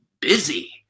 busy